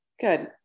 good